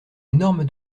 énorme